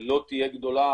לא תהיה גדולה.